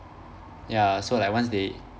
ya so like once they